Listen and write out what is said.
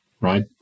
right